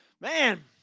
man